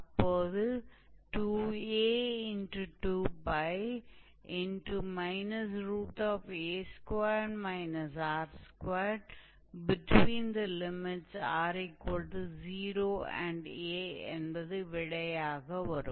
அப்போது 2𝑎×2𝜋 a2 r2r0a என்பது விடையாக வரும்